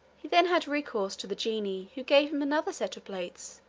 he then had recourse to the genie, who gave him another set of plates,